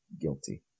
guilty